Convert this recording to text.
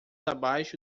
abaixo